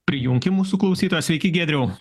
prijunkim mūsų klausytoją sveiki giedriau